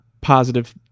positive